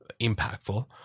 impactful